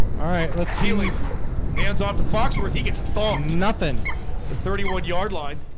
all right, let's healing hands off the fox where he gets thumb nothing the thirty one yard line